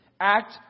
Act